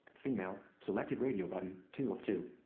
female selected radio button, two of two.